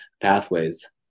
pathways